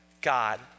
God